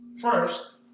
First